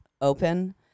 open